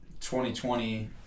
2020